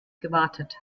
gewartet